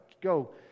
Go